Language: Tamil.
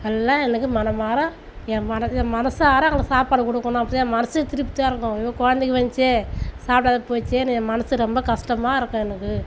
நல்லா எனக்கு மனமார என் மனது மனசார அங்கே சாப்பாடு கொடுக்கணும் அப்போதான் என் மனது திருப்தியாக இருக்கும் ஐயையோ குழந்தைங்க வந்துச்சே சாப்பிடாத போச்சேன்னு என் மனது ரொம்ப கஷ்டமாக இருக்கும் எனக்கு